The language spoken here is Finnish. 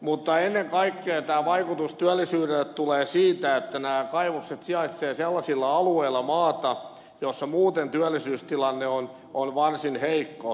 mutta ennen kaikkea tämä vaikutus työllisyyteen tulee siitä että nämä kaivokset sijaitsevat sellaisilla alueilla joilla muuten työllisyystilanne on varsin heikko